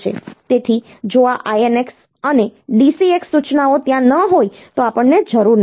તેથી જો આ INX અને DCX સૂચનાઓ ત્યાં ન હોય તો આપણને જરૂર નથી